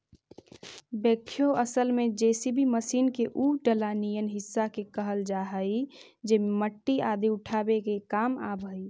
backhoe असल में JCB machine के उ डला निअन हिस्सा के कहल जा हई जे मट्टी आदि उठावे के काम आवऽ हई